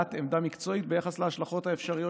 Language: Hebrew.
קבלת עמדה מקצועית ביחס להשלכות האפשריות